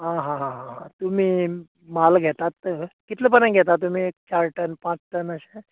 आ हा हा हा तुमी माल घेतात तर कितले परेन घेता तुमी चार टन पांच टन अशे